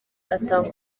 atanga